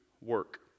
work